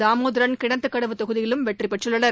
தாமோதரன் கிணத்துக்கடவு தொகுதியிலும் வெற்றி பெற்றுள்ளனர்